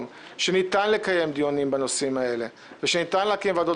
שניתן לקיים דיונים בנושאים האלה ושניתן להקים ועדות